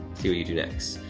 see what you do next,